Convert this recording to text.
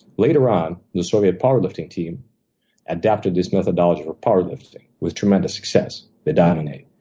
later on, the soviet power lifting team adapted this methodology for power lifting, with tremendous success. they dominate.